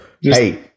hey